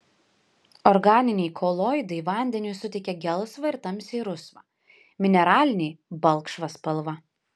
organiniai koloidai vandeniui suteikia gelsvą ir tamsiai rusvą mineraliniai balkšvą spalvą